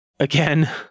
Again